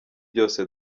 byose